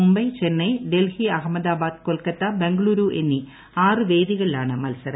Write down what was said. മുംബൈ ചെന്നൈ ഡൽഹി അഹമ്മദാബാദ് കൊൽക്കത്ത ബംഗളൂരു എന്നിആറ് വേദികളിലാണ് മത്സരം